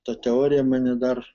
ta teorija mane dar